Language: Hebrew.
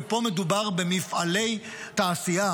ופה מדובר במפעלי תעשייה.